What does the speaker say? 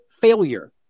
failure